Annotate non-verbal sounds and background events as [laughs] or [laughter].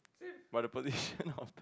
but the position of the [laughs]